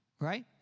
Right